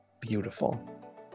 Beautiful